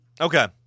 Okay